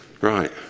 Right